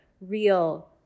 real